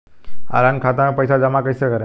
Online खाता मे पईसा जमा कइसे करेम?